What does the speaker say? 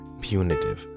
punitive